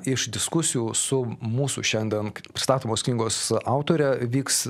iš diskusijų su mūsų šiandien pristatomos knygos autore vyks